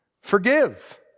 forgive